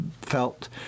felt